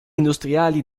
industriali